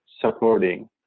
supporting